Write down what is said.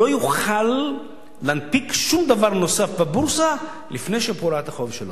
לא יוכל להנפיק שום דבר נוסף בבורסה לפני שהוא פורע את החוב שלו.